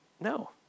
No